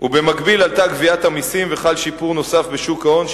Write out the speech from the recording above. ובמקביל עלתה גביית המסים וחל שיפור נוסף בשוק ההון,